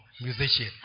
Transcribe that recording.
musician